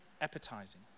appetizing